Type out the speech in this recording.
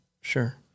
Sure